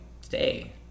stay